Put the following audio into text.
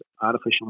artificial